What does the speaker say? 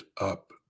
up